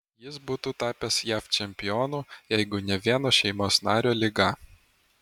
jis būtų tapęs jav čempionu jeigu ne vieno šeimos nario liga